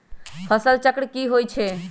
फसल चक्र की होई छै?